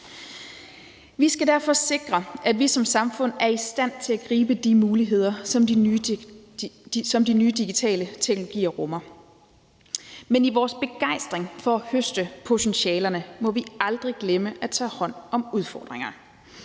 Vi skal derfor sikre, at vi som samfund er i stand til at gribe de muligheder, som de nye digitale teknologier rummer. Men i vores begejstring for at høste potentialerne må vi aldrig glemme at tage hånd om udfordringerne,